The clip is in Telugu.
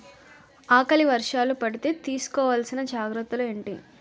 ఆకలి వర్షాలు పడితే తీస్కో వలసిన జాగ్రత్తలు ఏంటి?